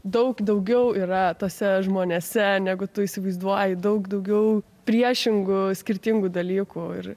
daug daugiau yra tuose žmonėse negu tu įsivaizduoji daug daugiau priešingų skirtingų dalykų ir